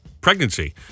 pregnancy